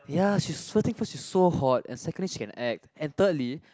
ya she's first thing first she's so hot and secondly she can act and thirdly